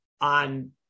on